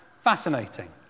Fascinating